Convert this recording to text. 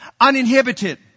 uninhibited